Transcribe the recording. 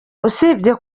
usibye